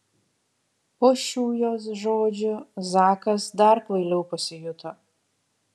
po šių jos žodžių zakas dar kvailiau pasijuto